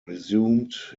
resumed